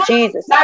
Jesus